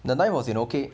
the knife was okay